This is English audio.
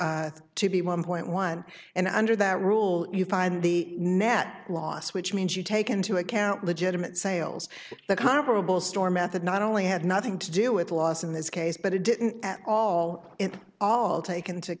to be one point one and under that rule you find the net loss which means you take into account legitimate sales the comparable store method not only had nothing to do with loss in this case but it didn't at all in all take into